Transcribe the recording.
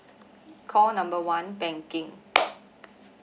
call number one banking